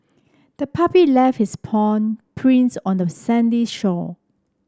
the puppy left its paw prints on the sandy shore